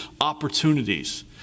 opportunities